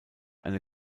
eine